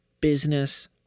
business